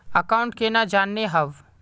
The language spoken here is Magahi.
अकाउंट केना जाननेहव?